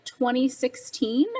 2016